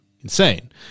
insane